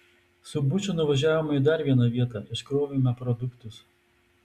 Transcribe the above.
su buču nuvažiavome į dar vieną vietą iškrovėme produktus